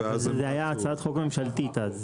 זה היה הצעת חוק ממשלתית אז.